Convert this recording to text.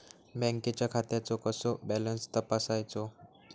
बँकेच्या खात्याचो कसो बॅलन्स तपासायचो?